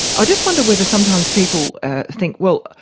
i just wonder whether sometimes people think, well,